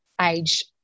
age